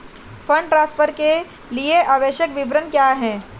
Fund transfer के लिए आवश्यक विवरण क्या हैं?